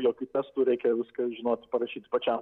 jokių testų reikia viską žinot parašyti pačiam